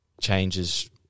changes